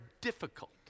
difficult